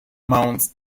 mount